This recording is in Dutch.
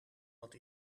dat